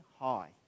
high